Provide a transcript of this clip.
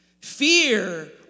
Fear